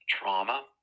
trauma